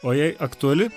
o jei aktuali